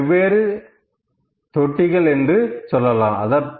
இங்கே இதை வெவ்வேறு தொட்டிகள் என்று சொல்லலாம்